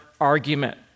argument